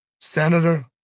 senator